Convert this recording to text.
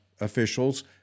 officials